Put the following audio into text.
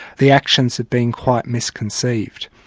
the actions have been quite misconceived.